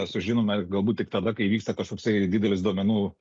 sužinome galbūt tik tada kai įvyksta kažkoks tai didelis duomenų